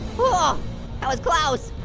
whoa that was close.